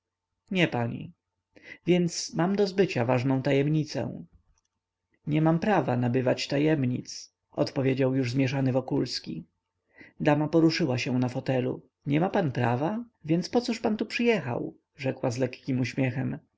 nie pani więc mam do zbycia ważną tajemnicę nie mam prawa nabywać tajemnic odpowiedział już zmieszany wokulski dama poruszyła się na fotelu nie ma pan prawa więc pocóż pan tu przyjechał rzekła z lekkim uśmiechem